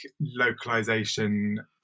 localization